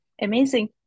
amazing